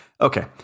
Okay